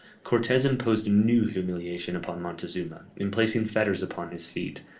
cortes imposed a new humiliation upon montezuma, in placing fetters upon his feet,